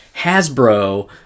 Hasbro